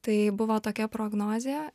tai buvo tokia prognozė